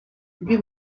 give